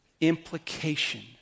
implication